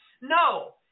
No